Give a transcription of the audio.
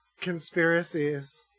conspiracies